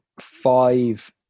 five